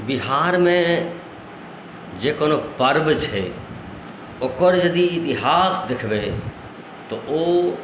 बिहारमे जे कोनो पर्व छै ओकर यदि इतिहास देखबै तऽ ओ